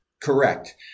correct